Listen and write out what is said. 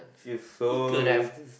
she's so